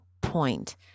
point